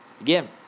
Again